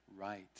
right